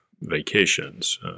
vacations